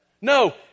No